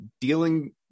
dealing